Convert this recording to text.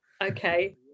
okay